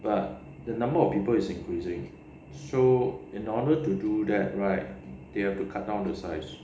but the number of people is increasing so in order to do that right they have to cut down the size